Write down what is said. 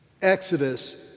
Exodus